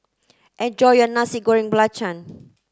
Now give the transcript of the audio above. enjoy your Nasi Goreng Belacan